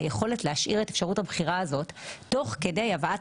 היכולת להשאיר את אפשרות הבחירה הזאת תוך כדי הבאת